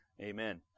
Amen